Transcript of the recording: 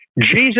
Jesus